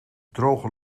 droge